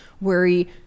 worry